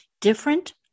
Different